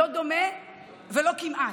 לא דומה ולא כמעט.